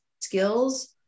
skills